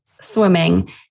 swimming